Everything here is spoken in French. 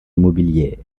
immobilières